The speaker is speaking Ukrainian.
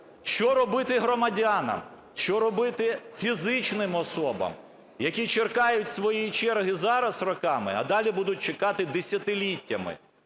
Що робити громадянам? Що робити фізичним особам, які чекають своєї черги зараз роками, а далі будуть чекати десятиліттями?